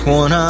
one